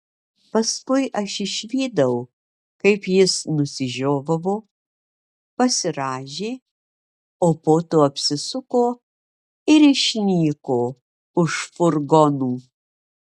paskui aš išvydau kaip jis nusižiovavo pasirąžė o po to apsisuko ir išnyko už furgonų